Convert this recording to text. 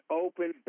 open